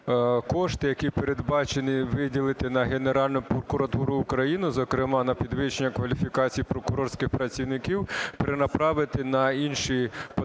кошти, які передбачені виділити на Генеральну прокуратуру України, зокрема, на підвищення кваліфікації прокурорських працівників, перенаправити на інші потреби,